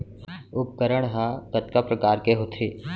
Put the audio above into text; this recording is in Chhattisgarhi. उपकरण हा कतका प्रकार के होथे?